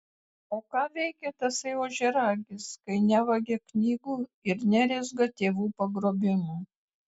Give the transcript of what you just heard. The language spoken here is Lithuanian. o ką veikia tasai ožiaragis kai nevagia knygų ir nerezga tėvų pagrobimų